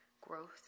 growth